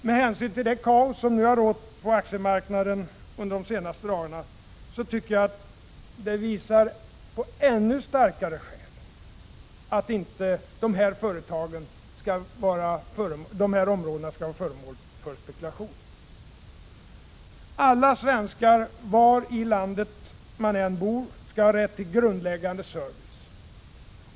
Med hänsyn till det kaos som nu har rått på aktiemarknaden under de senaste dagarna tycker jag att det finns ännu starkare skäl för att dessa områden inte skall vara föremål för spekulation. Alla svenskar — var i landet man än bor — skall ha rätt till grundläggande service.